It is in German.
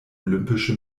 olympische